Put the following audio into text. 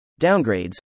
downgrades